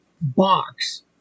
box